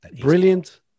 Brilliant